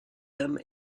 dame